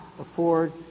afford